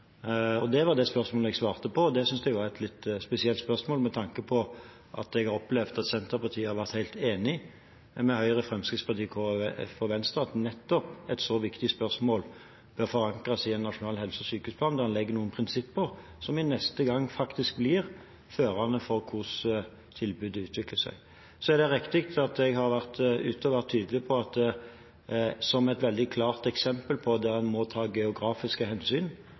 Det var det spørsmålet jeg svarte på, og det synes jeg var et litt spesielt spørsmål med tanke på at jeg har opplevd at Senterpartiet har vært helt enig med Høyre, Fremskrittspartiet, Kristelig Folkeparti og Venstre i at nettopp et så viktig spørsmål bør forankres i en nasjonal helse- og sykehusplan, der en legger noen prinsipper, som i neste omgang faktisk blir førende for hvordan tilbudet utvikler seg. Det er riktig at jeg har vært ute og vært tydelig på at et veldig klart eksempel på at man må ta geografiske hensyn,